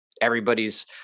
everybody's